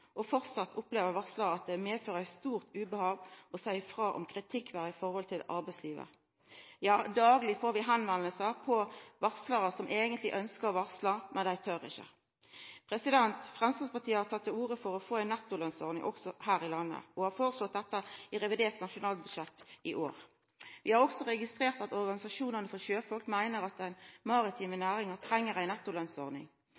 og framleis opplever varslarar at det medfører eit stort ubehag å seia frå om kritikkverdige forhold i arbeidslivet. Dagleg har vi kontakt med varslarar som eigentleg ønskjer å varsla, men som ikkje tør. Framstegspartiet har tatt til orde for å få ei nettolønnsordning også her i landet, og har foreslått dette i samband med revidert nasjonalbudsjett i år. Vi har også registrert at organisasjonane for sjøfolk meiner at den maritime